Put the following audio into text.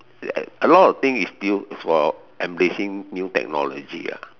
a lot of thing is still is for embracing new technology ah